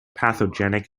pathogenic